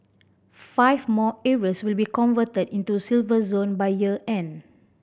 five more areas will be converted into Silver Zone by year end